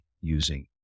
using